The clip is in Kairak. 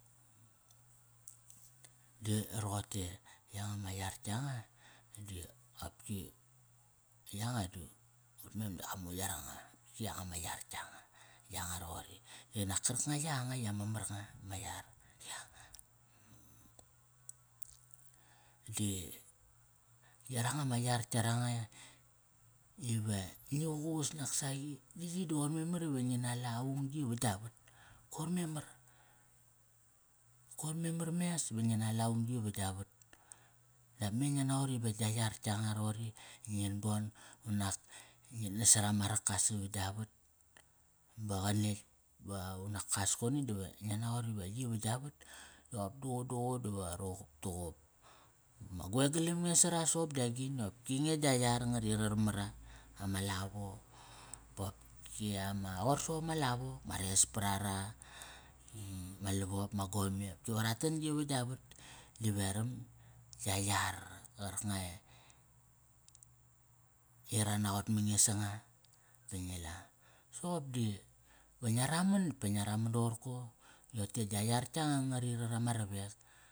Da roqote, yanga ma yar yanga, di qopki, di yanga di utmem di qa mu yaranga. Ki yanga ma yar yanga. Yanga roqori. Di nak karkanga yanga i ama mar nga ma yuar di yanga. Di yaranga ma yar yaranga, ive ngi qus naksaqi. Yi di qoir memar i ngi na la aung yi va gia vat. Koir memar, koir memar mes ve ngi na la ung yi va gia vot. Dat me ngia naqot ive gia yar yangaroqori, ngin bon, unak ngit nas sara ma raka sava gia vat ba qa netk ba va, unak kas koni diva ngia raqot iva yi va gia vat da qop duququ duququ diva ruqup tuqup soqop di agini qopki nge gia yar ngari rar mara. Ama lavo bopki ama, qoir soqop ma lavo, ma res parara. Ma lavop, ma gome, ki va ra tan yi va gia vat. Di veram, gia yar. Qarkanga i, i ra naqot mange sanga. Ba ngi la, soqop di va ngia raman nitk pa ngia raman doqorko? I rote gia yar yanga ngari rar ama ravek.